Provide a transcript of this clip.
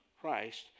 Christ